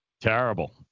Terrible